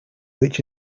which